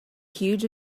huge